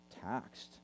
taxed